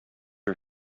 our